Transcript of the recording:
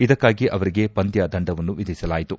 ಇದಕ್ಕಾಗಿ ಅವರಿಗೆ ಪಂದ್ಡ ದಂಡವನ್ನು ವಿಧಿಸಲಾಯಿತು